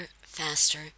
faster